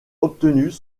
obtenues